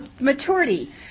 maturity